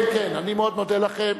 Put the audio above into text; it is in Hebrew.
אני מאוד מודה לכם.